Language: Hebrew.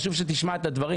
חשוב שתשמע את הדברים,